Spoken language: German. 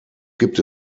gibt